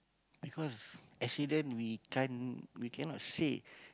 because accident we can't we cannot say